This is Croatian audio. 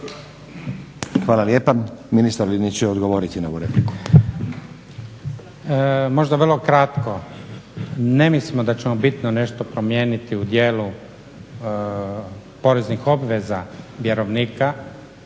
Hvala lijepa. Ministar Linić će odgovoriti na ovu repliku. **Linić, Slavko (SDP)** Možda vrlo kratko. Ne mislimo da ćemo bitno nešto promijeniti u dijelu poreznih obveza vjerovnika